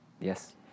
yes